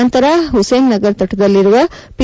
ನಂತರ ಹುಸೇನ್ ಸಾಗರ್ ತಟದಲ್ಲಿರುವ ಪಿ